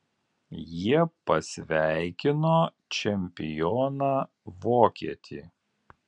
jie pasveikino čempioną vokietį